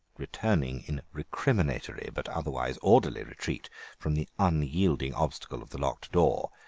returning in recriminatory but otherwise orderly retreat from the unyielding obstacle of the locked door,